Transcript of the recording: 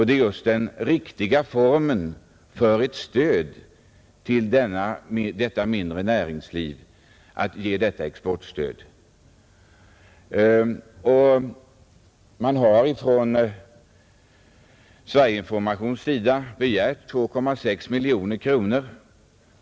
Detta är den riktiga formen för ett exportstöd till de mindre företagen. Ifrån Sverige-informations sida har man begärt 2,6 miljoner kronor.